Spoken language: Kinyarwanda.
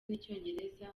n’icyongereza